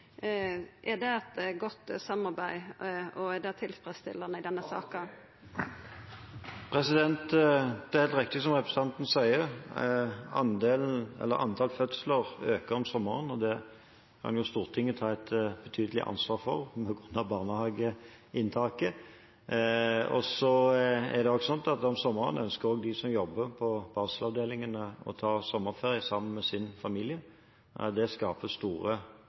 er det eit godt samarbeid, og er det tilfredsstillande i denne saka? Det er helt riktig som representanten sier, at antall fødsler øker om sommeren, og det kan jo Stortinget ta et betydelig ansvar for på bakgrunn av barnehageinntaket. Så er det sånn at om sommeren ønsker også de som jobber på barselavdelingene, å ta sommerferie sammen med sin familie. Det skaper store